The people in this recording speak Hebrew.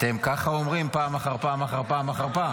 אתם ככה אומרים פעם אחר פעם אחר פעם אחר פעם.